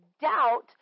doubt